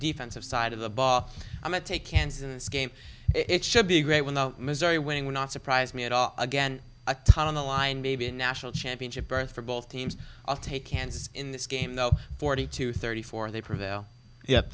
defensive side of the ball i'm a take kansas game it should be great when the missouri winning would not surprise me at all again a ton on the line maybe a national championship berth for both teams i'll take kansas in this game though forty two thirty four they prevail